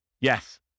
Yes